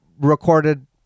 recorded